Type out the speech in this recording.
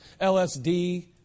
LSD